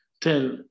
tell